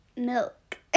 milk